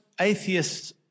atheists